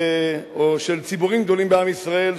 או של ציבורים גדולים בעם ישראל,